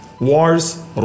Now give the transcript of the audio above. wars